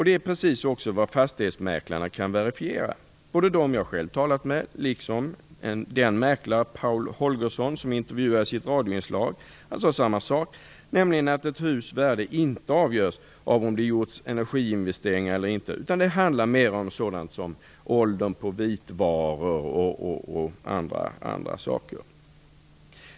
Det är också precis vad fastighetsmäklarna kan verifiera, både dem som jag själv har talat med liksom den mäklare, Paul Holgersson, som intervjuades i ett radioinslag och som sade samma sak, nämligen att ett hus värde inte avgörs av om det har gjorts energiinvesteringar eller inte utan att det mer handlar om sådant som åldern på vitvaror och andra saker.